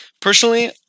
Personally